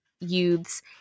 youths